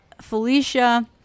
Felicia